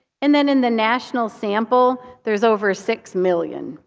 and then in the national sample, there's over six million.